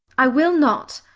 i will not.